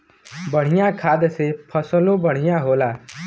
बढ़िया खाद से फसलों बढ़िया होला